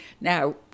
Now